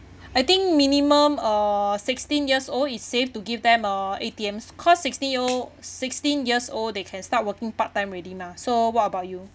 I think minimum uh sixteen years old is safe to give them uh A_T_M cause sixteen year old sixteen years old they can start working part time already mah so what about you